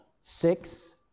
six